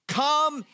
come